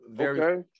Okay